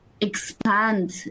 expand